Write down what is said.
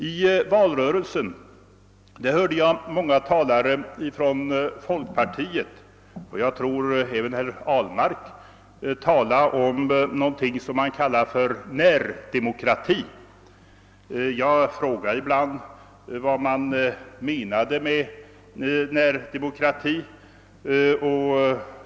I valrörelsen hörde jag många talare från folkpartiet — jag tror även herr Ahlmark — tala om någonting som man kallar för närdemokrati. Jag frågade ibland vad som menades med närdemokrati.